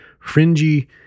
fringy